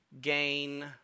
gain